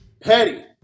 Petty